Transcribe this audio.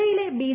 ജില്ലയിലെ ബി